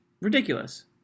ridiculous